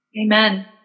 Amen